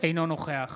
אינו נוכח